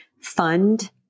fund